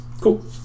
Cool